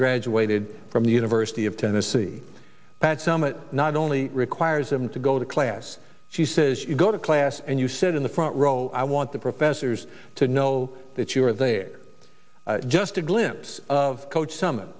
graduated from the university of tennessee pat summitt not only requires him to go to class she says you go to class and you sit in the front row i want the professors to know that you're there just a glimpse of coach summ